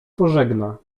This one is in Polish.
pożegna